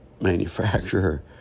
manufacturer